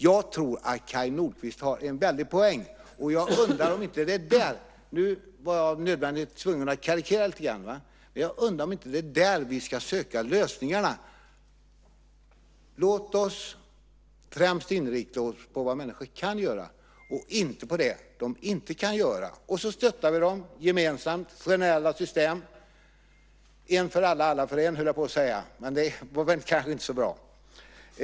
Jag tror att Kaj Nordquist har en stor poäng i detta. Nu var jag tvungen att karikera lite grann. Men jag undrar om det inte är där som vi ska söka lösningarna. Låt oss främst inrikta oss på vad människor kan göra och inte på det som de inte kan göra. Och så stöttar vi dem gemensamt genom generella system. En för alla, alla för en, höll jag på att säga. Men det var kanske inte så bra.